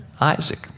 Isaac